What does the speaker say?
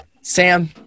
Sam